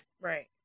Right